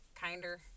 kinder